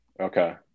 Okay